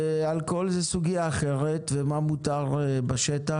אלכוהול זה סוגיה אחרת, מה מותר בשטח.